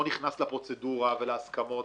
אני לא נכנס לפרוצדורה ולהסכמות,